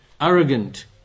arrogant